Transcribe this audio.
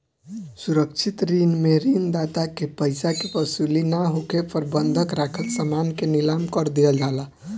सुरक्षित ऋण में ऋण दाता के पइसा के वसूली ना होखे पर बंधक राखल समान के नीलाम कर दिहल जाला